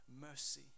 mercy